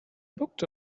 booked